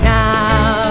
now